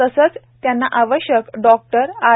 तसेच त्यांना आवश्यक डॉक्टर्स आर